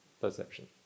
perception